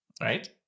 Right